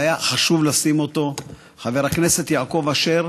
והיה חשוב לשים אותו, חבר הכנסת יעקב אשר,